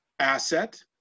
Asset